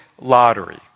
Lottery